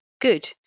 good